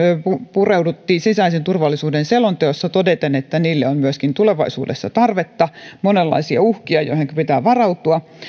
pureuduttiin sisäisen turvallisuuden selonteossa todeten että niille on myöskin tulevaisuudessa tarvetta monenlaisia uhkia joihinka pitää varautua